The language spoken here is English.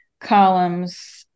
columns